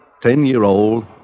ten-year-old